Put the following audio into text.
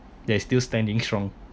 they still standing strong